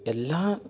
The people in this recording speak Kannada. ಎಲ್ಲ